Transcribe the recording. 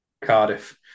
Cardiff